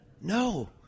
no